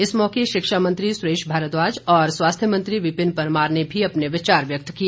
इस मौके शिक्षा मंत्री सुरेश भारद्वाज और स्वास्थ्य मंत्री विपिन परमार ने भी अपने विचार व्यक्त किए